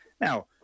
Now